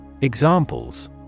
Examples